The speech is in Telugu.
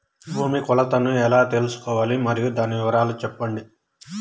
భూమి కొలతలను ఎలా తెల్సుకోవాలి? మరియు దాని వివరాలు సెప్పండి?